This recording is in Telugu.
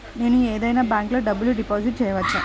నేను ఏదైనా బ్యాంక్లో డబ్బు డిపాజిట్ చేయవచ్చా?